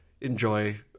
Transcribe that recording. enjoy